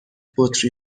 بطری